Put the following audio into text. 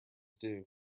due